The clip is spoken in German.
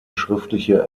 schriftliche